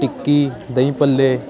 ਟਿੱਕੀ dahi ਭੱਲੇ